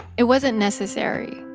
it wasn't necessary,